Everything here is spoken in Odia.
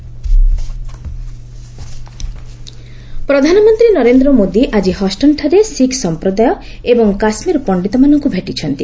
ପିଏମ୍ ଇକ୍ଷରଆକୁନ ପ୍ରଧାନମନ୍ତ୍ରୀ ନରେନ୍ଦ୍ର ମୋଦି ଆଜି ହଷ୍ଟନଠାରେ ଶିଖ ସମ୍ପ୍ରଦାୟ ଏବଂ କାଶ୍ମୀର ପଣ୍ଡିତମାନଙ୍କୁ ଭେଟିଛନ୍ତି